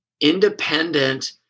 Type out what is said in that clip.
independent